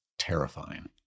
terrifying